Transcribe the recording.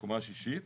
קומה שישית,